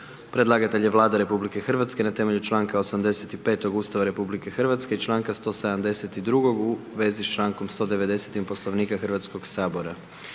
Predlagatelj je Vlada Republike Hrvatske na temelju čl. 85. Ustava RH i čl. 172. u vezi s člankom 190. Poslovnika Hrvatskog sabora.